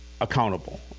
accountable